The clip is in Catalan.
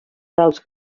dels